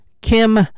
Kim